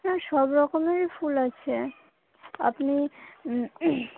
হ্যাঁ সব রকমেরই ফুল আছে আপনি